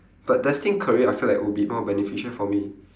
but destined career I feel like would be more beneficial for me